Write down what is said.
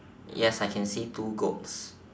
yes I can see two goats